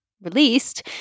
released